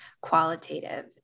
qualitative